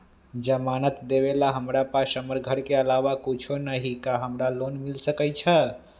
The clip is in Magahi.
जमानत देवेला हमरा पास हमर घर के अलावा कुछो न ही का हमरा लोन मिल सकई ह?